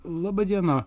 laba diena